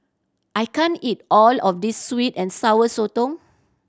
I can't eat all of this sweet and Sour Sotong